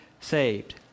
saved